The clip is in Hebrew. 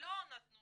לא נתנו